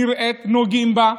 נראית, נוגעים בה,